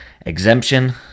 exemption